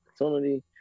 opportunity